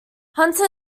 hunter